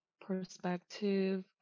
perspective